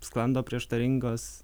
sklando prieštaringos